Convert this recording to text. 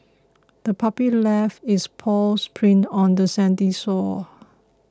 the puppy left its paw prints on the sandy shore